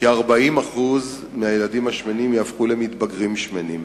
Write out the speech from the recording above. כ-40% מהילדים השמנים יהפכו למתבגרים שמנים.